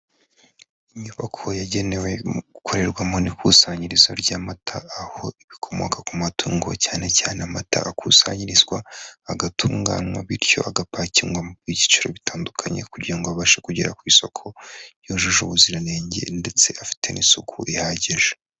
Inyubako yagenewe gukorerwamo n'ikusanyirizo ry'amata, aho ibikomoka ku matungo cyane cyane amata akusanyirizwa agatunganywa bityo agapakingwa mu byiciro bitandukanye, kugira ngo abashe kugera ku isoko yujuje ubuziranenge ndetse afite n'isuku ihagije.